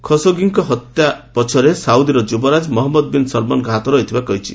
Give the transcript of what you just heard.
ଖସୋଗୀଙ୍କ ହତ୍ୟା ପଛରେ ସାଉଦିର ଯୁବରାଜ ମହଞ୍ଜଦ ବିନ୍ ସଲ୍ମନଙ୍କ ହାତ ରହିଥିବା କହିଛି